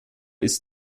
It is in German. ist